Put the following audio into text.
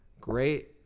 great